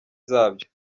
zabyo